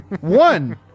One